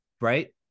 right